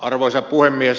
arvoisa puhemies